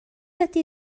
ydy